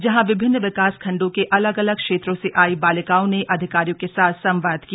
जहां विभिन्न विकास खण्डों के अलग अलग क्षेत्रों से आयी बालिकाओं ने अधिकारियों के साथ संवाद किया